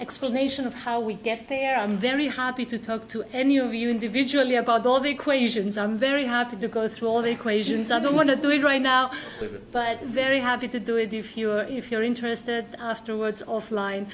explanation of how we get there i'm very happy to talk to any of you individually about all the equations i'm very happy to go through all the equations i don't want to do it right now but very happy to do it if you are if you're interested afterwards o